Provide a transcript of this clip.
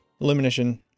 Illumination